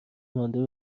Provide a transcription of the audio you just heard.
مانده